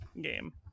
game